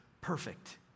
perfect